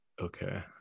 Okay